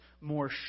more